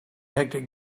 hectic